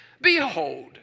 Behold